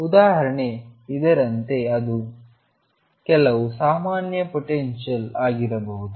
ಉದಾಹರಣೆ ಇದರಂತೆ ಅದು ಕೆಲವು ಸಾಮಾನ್ಯ ಪೊಟೆನ್ಶಿಯಲ್ ಆಗಿರಬಹುದು